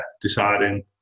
deciding